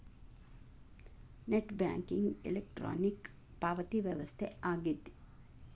net banking electronic ಪಾವತಿ ವ್ಯವಸ್ಥೆ ಆಗೆತಿ